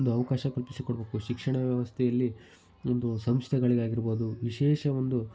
ಒಂದು ಅವಕಾಶ ಕಲ್ಪಿಸಿಕೊಡಬೇಕು ಶಿಕ್ಷಣ ವ್ಯವಸ್ಥೆಯಲ್ಲಿ ಒಂದು ಸಂಸ್ಥೆಗಳಿಗೆ ಆಗಿರ್ಬೋದು ವಿಶೇಷ ಒಂದು